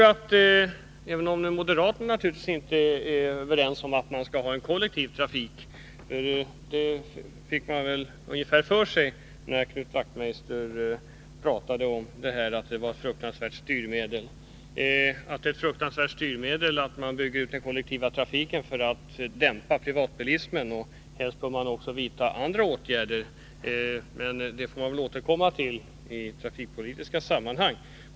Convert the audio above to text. Att moderaterna inte är överens med mig om att man bör satsa på kollektivtrafiken fick vi väl klart för oss när Knut Wachtmeister pratade om att det är ett fruktansvärt styrmedel att man bygger ut den kollektiva trafiken för att dämpa privatbilismen. Helst bör man vidta också andra åtgärder, och det får vi väl återkomma till i trafikpolitiska sammanhang.